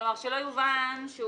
כלומר, שלא יובן שהוא